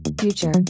Future